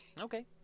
Okay